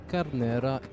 Carnera